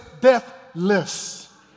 deathless